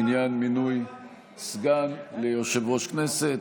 לעניין מינוי סגן ליושב-ראש הכנסת.